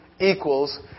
equals